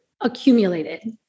accumulated